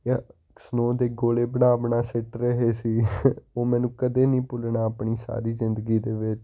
ਜਾਂ ਸਨੋਅ ਦੇ ਗੋਲੇ ਬਣਾ ਬਣਾ ਸਿੱਟ ਰਹੇ ਸੀਗੇ ਉਹ ਮੈਨੂੰ ਕਦੇ ਨਹੀਂ ਭੁੱਲਣਾ ਆਪਣੀ ਸਾਰੀ ਜ਼ਿੰਦਗੀ ਦੇ ਵਿੱਚ